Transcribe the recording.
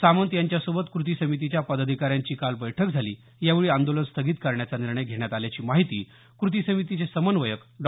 सामंत यांच्यासोबत कृती समितीच्या पदाधिकाऱ्यांची काल बैठक झाली यावेळी आंदोलन स्थगित करण्याचा निर्णय घेण्यात आल्याची माहिती कृती समितीचे समन्वयक डॉ